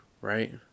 right